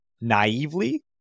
naively